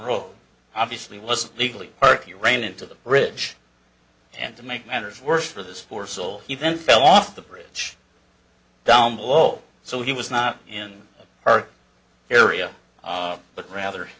road obviously wasn't legally parked you ran into the bridge and to make matters worse for this poor soul he then fell off the bridge down below so he was not in her area but rather